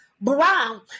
brown